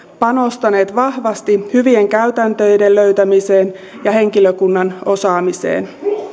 panostaneet vahvasti hyvien käytäntöjen löytämiseen ja henkilökunnan osaamiseen